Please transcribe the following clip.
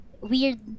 weird